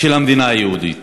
של המדינה היהודית.